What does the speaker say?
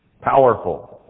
powerful